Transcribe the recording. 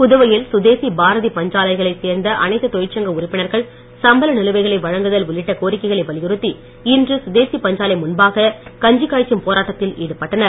புதுவையில் சுதேசி பாரதி பஞ்சாலைகளை சேர்ந்த அனைத்து தொழிற்சங்க உறுப்பினர்கள் சம்பள நிலுவைகளை வழங்குதல் உள்ளிட்ட கோரிக்கைகளை வலியுறுத்தி இன்று சுதேசி பஞ்சாலை முன்பாக கஞ்சி காய்ச்சும் போராட்டத்தில் ஈடுபட்டனர்